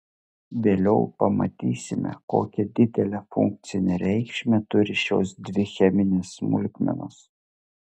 vėliau pamatysime kokią didelę funkcinę reikšmę turi šios dvi cheminės smulkmenos